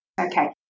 Okay